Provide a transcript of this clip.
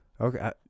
okay